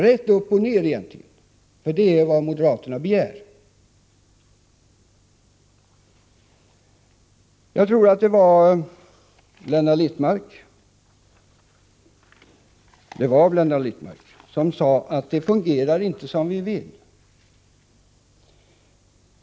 Det var Blenda Littmarck som sade att det inte fungerar som vi vill.